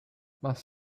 must